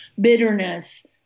bitterness